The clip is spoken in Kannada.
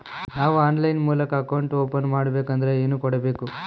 ನಾವು ಆನ್ಲೈನ್ ಮೂಲಕ ಅಕೌಂಟ್ ಓಪನ್ ಮಾಡಬೇಂಕದ್ರ ಏನು ಕೊಡಬೇಕು?